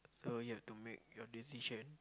so you have to make your decision